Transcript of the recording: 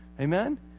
Amen